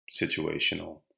situational